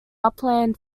upland